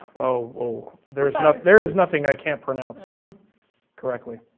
oh, there's nothing there's nothing i can't pronounce ah correctly.